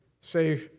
say